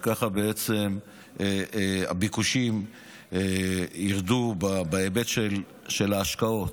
וככה בעצם הביקושים ירדו בהיבט של ההשקעות.